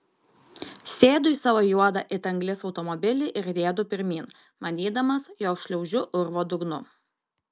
sėdu į savo juodą it anglis automobilį ir riedu pirmyn manydamas jog šliaužiu urvo dugnu